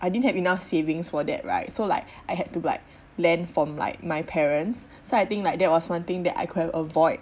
I didn't have enough savings for that right so like I had to like lend from like my parents so I think like that was one thing that I could have avoid